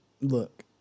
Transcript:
look